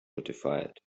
notified